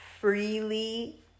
freely